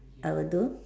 I will do